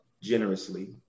generously